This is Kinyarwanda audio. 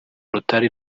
rutari